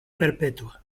perpetua